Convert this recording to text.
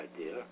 idea